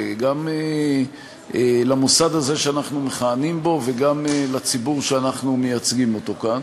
גם למוסד הזה שאנחנו מכהנים בו וגם לציבור שאנחנו מייצגים אותו כאן.